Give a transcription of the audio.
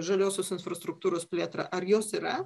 žaliosios infrastruktūros plėtrą ar jos yra